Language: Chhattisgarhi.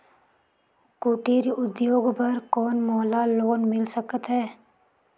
कुटीर उद्योग बर कौन मोला लोन मिल सकत हे?